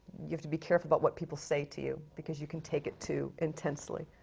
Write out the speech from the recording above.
you have to be careful about what people say to you because you can take it too intensely.